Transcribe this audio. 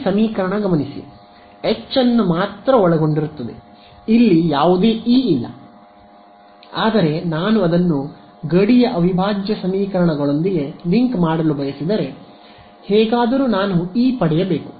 ಈ ಸಮೀಕರಣ ಗಮನಿಸಿ H ಅನ್ನು ಮಾತ್ರ ಒಳಗೊಂಡಿರುತ್ತದೆ ಇಲ್ಲಿ ಯಾವುದೇ ಇ ಇಲ್ಲ ಆದರೆ ನಾನು ಅದನ್ನು ಗಡಿಯ ಅವಿಭಾಜ್ಯ ಸಮೀಕರಣಗಳೊಂದಿಗೆ ಲಿಂಕ್ ಮಾಡಲು ಬಯಸಿದರೆ ಹೇಗಾದರೂ ನಾನು ಇ ಪಡೆಯಬೇಕು